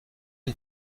une